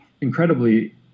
incredibly